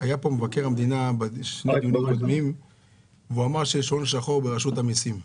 מבקר המדינה לפני שני דיונים שאמר שיש הון שחור ברשות המיסים,